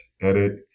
edit